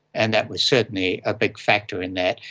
and that was certainly a big factor in that.